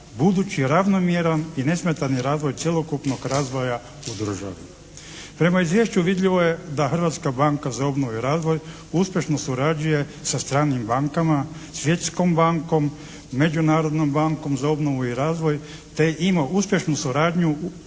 budući ravnomjeran i nesmetani razvoj cjelokupnog razvoja u državi. Prema izvješću vidljivo je da Hrvatska banka za obnovu i razvoj uspješno surađuje sa stranim bankama, Svjetskom bankom, Međunarodnom bankom za obnovu i razvoj te ima uspješnu suradnju s